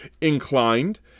inclined